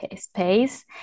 space